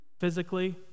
Physically